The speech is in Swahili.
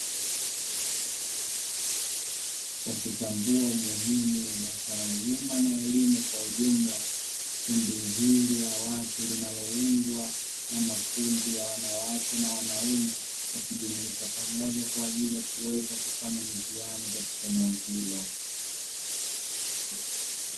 Kwa kutambua umuhimu wa taaluma na elimu kwa ujumla, kundi hili la watu linaloundwa na makundi ya wanawake na wanaume wakijumuika pamoja kwa ajili ya kuweza kufanya mitihani katika eneo hilo.